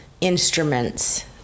instruments